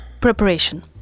Preparation